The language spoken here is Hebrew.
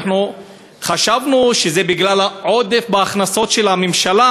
חשבנו שזה בגלל עודף בהכנסות של הממשלה,